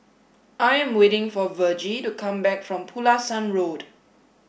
I am waiting for Vergie to come back from Pulasan Road